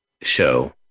show